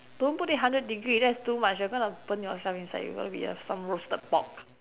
don't put it hundred degree that's too much you're going to burn yourself inside you're going to be sun roasted pork